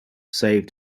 save